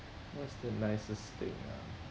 what's the nicest thing ah